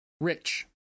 Rich